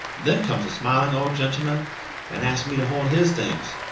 then comes a smiling old gentleman and asked me to hold his things.